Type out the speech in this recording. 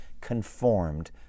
conformed